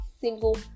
single